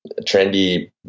trendy